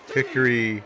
Hickory